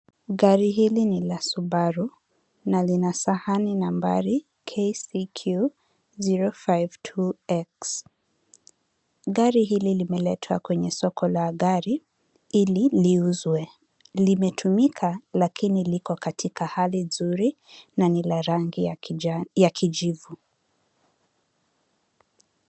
Gari hili ni la Subaru na lina sahani nambari KCQ 052X. Gari hili limeletwa kwenye soko la magari ili liuzwe. Limetumika, lakini liko katika hali nzuri na ni la rangi ya kijivu.